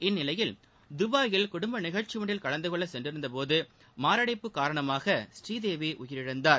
இந்நிலையில் துபாயில் குடும்ப நிகழ்ச்சி ஒன்றில் கலந்துகொள்ள கென்றிருந்தபோது மாரடைப்பு காரணமாக புநீதேவி உயிரிழந்தார்